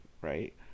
right